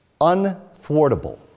unthwartable